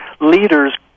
leaders